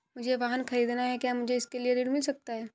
मुझे वाहन ख़रीदना है क्या मुझे इसके लिए ऋण मिल सकता है?